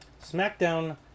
Smackdown